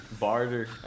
Barter